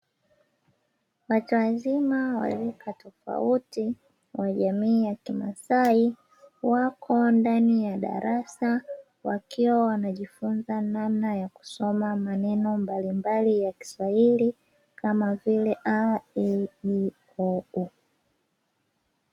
Watu wazima wa rika tofauti wa jamii ya kimasai wako ndani ya darasa wakiwa wanajifunza namna ya kusoma maneno mbalimbali ya kiswahili kama vile a, e, i, o, u.